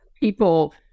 people